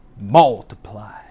multiply